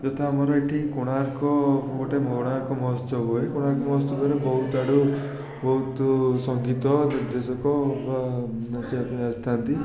ଯଥା ଆମର ଏଠି କୋଣାର୍କ ଗୋଟେ କୋଣାର୍କ ମହୋତ୍ସବ ହୁଏ କୋଣାର୍କ ମହୋତ୍ସବ ହେଲେ ବହୁତ ଆଡ଼ୁ ବହୁତ ସଙ୍ଗୀତ ନିର୍ଦ୍ଦେଶକ ବା ନାଚିବା ପାଇଁ ଆସିଥାନ୍ତି